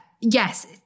yes